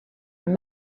your